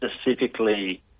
specifically